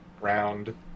round